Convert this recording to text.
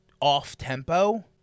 off-tempo